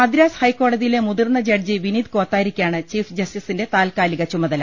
മദ്രാസ് ഹൈക്കോടതിയിലെ മുതിർന്ന ജഡ്ജി വിനീത് കോത്താരിക്കാണ് ചീഫ് ജസ്റ്റിസിന്റെ താൽക്കാലിക ചുമതല